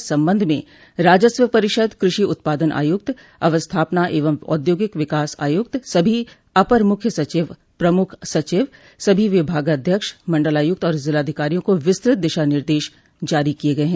इस संबंध में राजस्व परिषद कृषि उत्पादन आयुक्त अवस्थापना एवं औद्योगिक विकास आयुक्त सभी अपर मुख्य सचिव प्रमुख सचिव सभी विभागाध्यक्ष मंडलायुक्त और जिलाधिकारियों को विस्तृत दिशा निर्देश जारी किये गये हैं